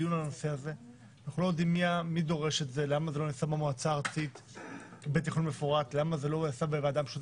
ראינו את זה בנתונים שרותי הציגה אתמול